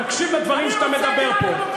תקשיב לדברים שאתה מדבר פה.